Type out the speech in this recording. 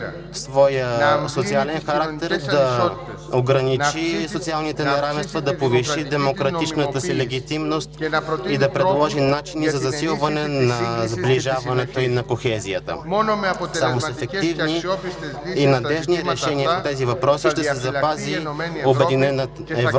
своя социален характер, да ограничи социалните неравенства, да повиши демократичната си легитимност и да предложи начини за засилване на сближаването и кохезията. Само с ефективни и надеждни решения по тези въпроси ще се запази обединена Европа